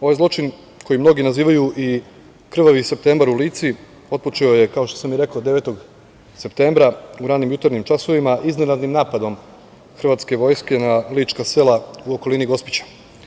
Ovaj zločin koji mnogi nazivaju „Krvavi septembar u Lici“ otpočeo je, kao što sam i rekao, 9. septembra u ranim jutarnjim časovima iznenadnim napadom hrvatske vojske na Lička sela u okolini Gospića.